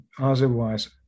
otherwise